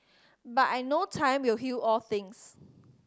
but I know time will heal all things